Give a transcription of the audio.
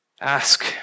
ask